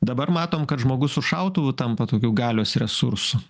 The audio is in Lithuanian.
dabar matom kad žmogus su šautuvu tampa tokiu galios resursu